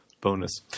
bonus